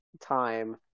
time